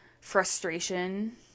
frustration